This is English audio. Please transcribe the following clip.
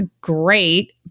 great